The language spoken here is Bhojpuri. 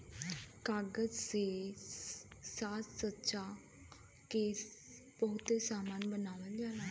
कागज से साजसज्जा के बहुते सामान बनावल जाला